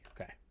Okay